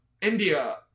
India